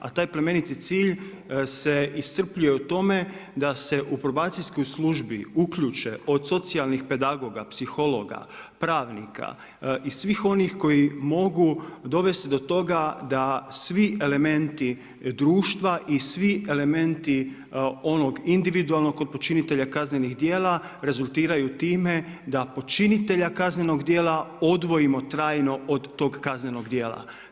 A taj plemeniti cilj se iscrpljuje u tome da se u probacijskoj službi uključe od socijalnih pedagoga, psihologa, pravnika, i svih onih koji mogu dovesti do toga da svi elementi društva i svi elementi onog individualnog počinitelja kaznenih dijela rezultiraju time, da počinitelja kaznenog dijela, odvojimo trajno od trg kaznenog dijela.